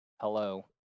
hello